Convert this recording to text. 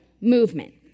movement